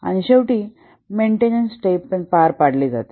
आणि शेवटी maintenance step पण पार पडली जाते